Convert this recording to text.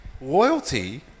Loyalty